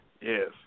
Yes